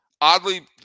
Oddly